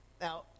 Now